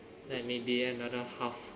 like maybe another half